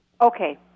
Okay